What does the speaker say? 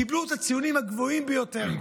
קיבלו את הציונים הגבוהים ביותר.